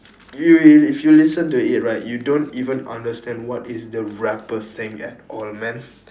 if if if you listen to it right you don't even understand what is the rapper saying at all man